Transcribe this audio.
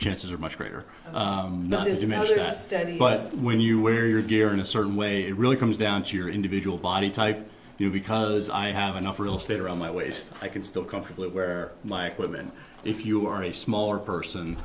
chances are much greater or not is to measure but when you wear your gear in a certain way it really comes down to your individual body type you know because i have enough real estate around my waist i can still comfortably where like women if you are a smaller person